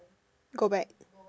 go back